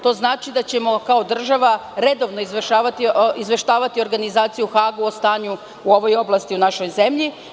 To znači da ćemo kao država redovno izveštavati organizaciju u Hagu u stanju u ovoj oblasti u našoj zemlji.